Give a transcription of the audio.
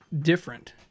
Different